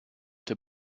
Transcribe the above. der